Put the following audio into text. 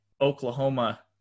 Oklahoma